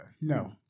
No